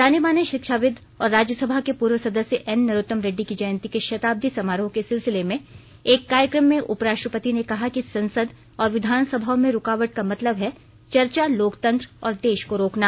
जाने माने शिक्षाविद् और राज्यसभा के पूर्व सदस्य एन नरोत्तम रेड्डी की जयंती के शताब्दी समारोह के सिलसिले में एक कार्यक्रम में उपराष्ट्रपति ने कहा कि संसद और विधानसभाओं में रुकावट का मतलब है चर्चा लोकतंत्र और देश को रोकना